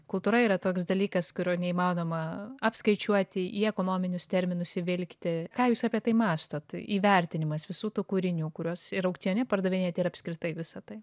kultūra yra toks dalykas kurio neįmanoma apskaičiuoti į ekonominius terminus įvilkti ką jūs apie tai mąstot įvertinimas visų tų kūrinių kuriuos ir aukcione pardavinėjat ir apskritai visa tai